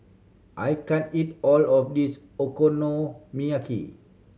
I can't eat all of this Okonomiyaki